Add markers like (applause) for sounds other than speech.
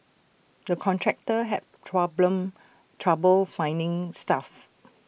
the contractor had (unintelligible) trouble finding staff